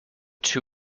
two